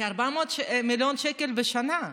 כ-400 מיליון שקל בשנה.